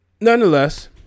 nonetheless